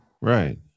Right